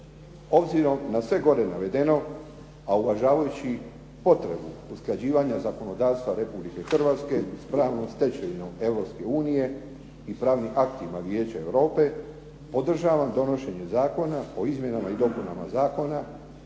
Obzirom na sve gore navedeno, a uvažavajući potrebu usklađivanja zakonodavstva Republike Hrvatske s pravnom stečevinom Europske unije i pravnim aktima Vijeća Europe, podržavam donošenje Zakona o izmjenama i dopunama Zakona